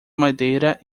madeira